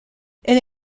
elle